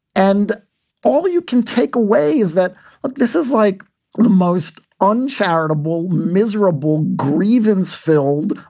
and all you can take away is that like this is like the most uncharitable, miserable, grievance filled,